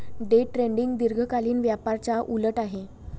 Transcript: day trading दीर्घकालीन व्यापाराच्या उलट आहे